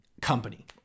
Company